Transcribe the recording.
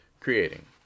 Creating